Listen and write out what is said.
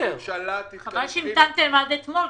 חבל שהמתנתם עד היום.